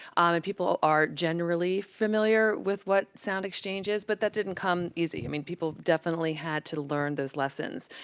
and people are generally familiar with what soundexchange is. but that didn't come easy. i mean, people definitely had to learn those lessons.